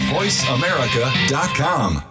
VoiceAmerica.com